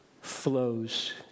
flows